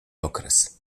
okres